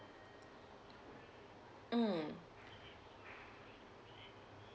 mm